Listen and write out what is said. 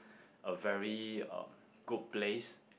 a very um good place